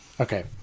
Okay